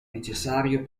necessario